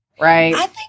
right